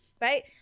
right